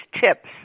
tips